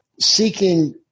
Seeking